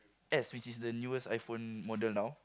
S which is the newest iPhone model now